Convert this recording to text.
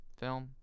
film